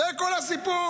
זה כל הסיפור.